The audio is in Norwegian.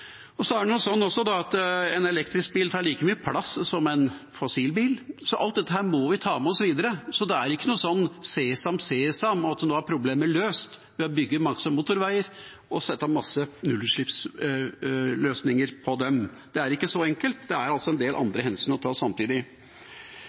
Det er også slik at en elektrisk bil tar like mye plass som en fossilbil. Alt dette må vi ta med oss videre. Det er ikke noen sesam, sesam, problemet er løst, ved å bygge mange motorveier og sette mange nullutslippsløsninger på dem. Det er ikke så enkelt. Det er en del